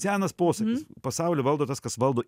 senas posakis pasaulį valdo tas kas valdo